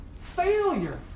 Failure